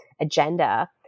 agenda